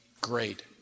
great